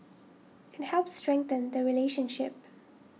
it helps strengthen the relationship